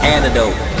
antidote